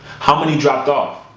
how many dropped off?